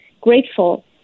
grateful